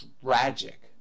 tragic